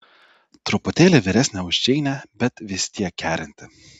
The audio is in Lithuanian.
truputėlį vyresnė už džeinę bet vis tiek kerinti